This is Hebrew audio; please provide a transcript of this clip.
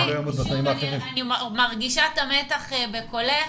אני מרגישה את המתח בקולך.